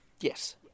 Yes